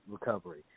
recovery